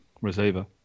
receiver